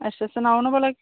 अच्छा सनाओ ना भला